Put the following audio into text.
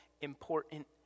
important